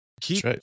Keep